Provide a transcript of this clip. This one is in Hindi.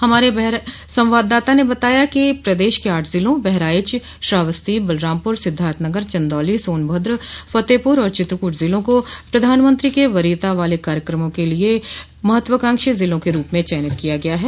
राधा मोहन सिंह जोड़ हमारे संवाददाता ने बताया कि प्रदेश के आठ जिलों बहराइच श्रावस्ती बलरामपुर सिद्वार्थनगर चन्दौली सोनभद्र फतेहपुर और चित्रकूट जिलों को प्रधानमंत्री के वरीयता वाले कार्यक्रमों के लिए महत्वाकांक्षी जिलों के रूप में चयनित किया गया है